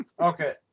Okay